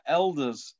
elders